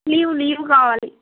leave leave కావాలి